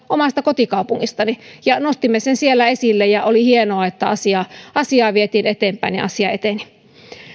omasta kotikaupungistani ja nostimme asian siellä esille ja oli hienoa että asiaa asiaa vietiin eteenpäin ja asia eteni